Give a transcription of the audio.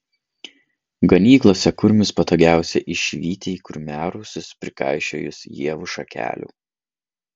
ganyklose kurmius patogiausia išvyti į kurmiarausius prikaišiojus ievų šakelių